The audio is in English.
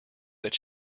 that